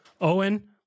Owen